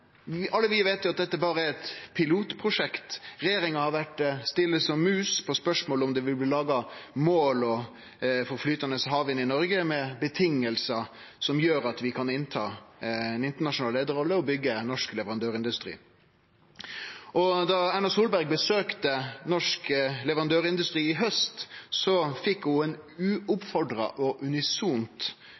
alle vi veit jo at dette berre er eit pilotprosjekt. Regjeringa har vore stille som mus i spørsmålet om det vil bli laga mål for flytande havvind i Noreg, med vilkår som gjer at vi kan ta ei internasjonal leiarrolle og byggje norsk leverandørindustri. Da Erna Solberg besøkte norsk leverandørindustri i haust, fekk ho eit uoppfordra og unisont